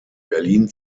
berlin